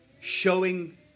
showing